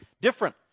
different